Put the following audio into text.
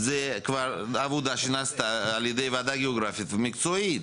זו עבודה שנעשתה על ידי ועדה גיאוגרפית ומקצועית.